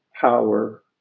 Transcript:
power